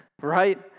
right